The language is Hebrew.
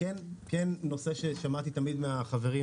נושא ששמעתי תמיד מן החברים